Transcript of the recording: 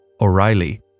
O'Reilly